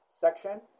section